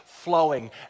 flowing